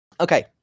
Okay